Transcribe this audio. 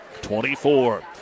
24